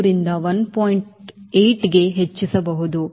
8 ಕ್ಕೆ ಹೆಚ್ಚಿಸಬಹುದು